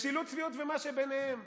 משילות, צביעות ומה שביניהן.